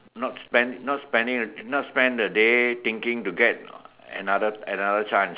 not spend not spending not spend the day thinking to get another another chance